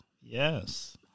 yes